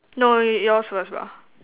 no you yours first bah